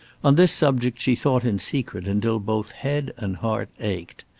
on this subject she thought in secret until both head and heart ached.